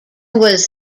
was